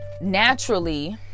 naturally